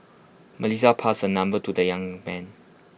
Melissa passed her number to the young man